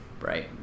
right